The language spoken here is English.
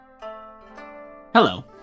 Hello